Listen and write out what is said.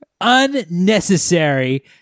unnecessary